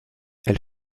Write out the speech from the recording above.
elle